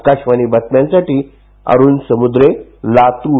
आकाशवाणी बातम्यांसाठी अरूण समुद्रे लातूर